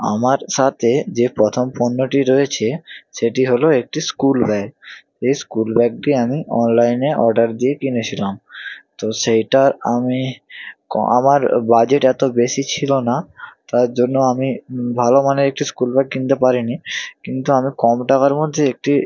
আমার সাথে যে প্রথম প্রথম পণ্যটি রয়েছে সেটি হলো একটি স্কুল ব্যাগ এই স্কুল ব্যাগটি আমি অনলাইনে অর্ডার দিয়ে কিনেছিলাম তো সেইটার আমি ক আমার বাজেট এতো বেশি ছিলো না তার জন্য আমি ভালো মানের একটি স্কুল ব্যাগ কিনতে পারিনি কিন্তু আমি কম টাকার মধ্যে একটি